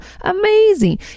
Amazing